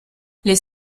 les